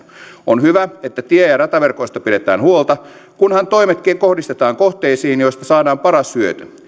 on hyvä että tie ja rataverkoista pidetään huolta kunhan toimet kohdistetaan kohteisiin joista saadaan paras hyöty